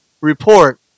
Report